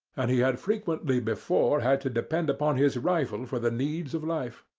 and he had frequently before had to depend upon his rifle for the needs of life.